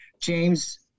James